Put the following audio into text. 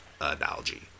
analogy